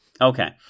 Okay